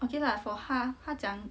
okay lah for 他他讲